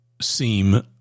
seem